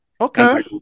Okay